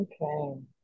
Okay